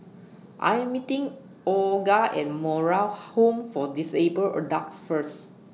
I'm meeting Olga At Moral Home For Disabled Adults First